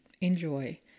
enjoy